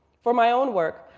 for my own work,